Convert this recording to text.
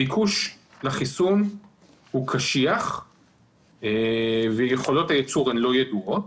הביקוש לחיסון הוא קשיח ויכולות הייצור לא ידועות.